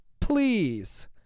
please